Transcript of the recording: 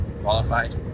qualified